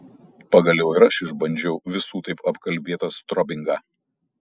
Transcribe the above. pagaliau ir aš išbandžiau visų taip apkalbėtą strobingą